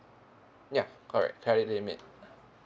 ya correct credit limit